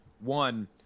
One